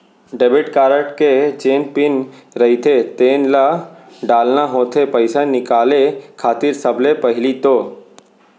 debit card के जेन PIN रहिथे तेन ल डालना होथे पइसा निकाले खातिर सबले पहिली तो